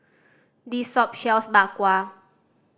this shop sells Bak Kwa